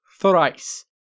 thrice